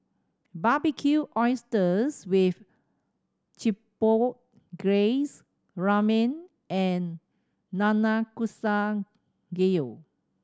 Barbecued Oysters with Chipotle Glaze Ramen and Nanakusa Gayu